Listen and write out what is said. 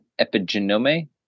epigenome